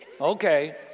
Okay